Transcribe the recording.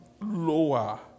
lower